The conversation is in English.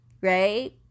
right